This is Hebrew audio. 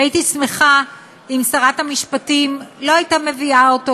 שהייתי שמחה אם שרת המשפטים לא הייתה מביאה אותו